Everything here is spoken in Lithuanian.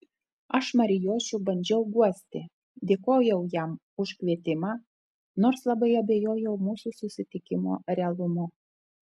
aš marijošių bandžiau guosti dėkojau jam už kvietimą nors labai abejojau mūsų susitikimo realumu